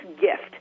gift